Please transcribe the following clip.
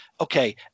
Okay